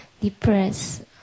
depressed